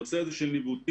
הנושא הזה של ניווטים,